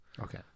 Okay